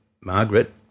Margaret